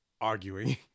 arguing